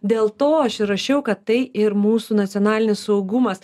dėl to aš ir rašiau kad tai ir mūsų nacionalinis saugumas